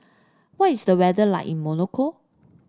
what is the weather like in Monaco